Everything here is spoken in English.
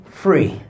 free